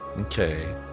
Okay